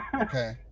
Okay